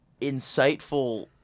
insightful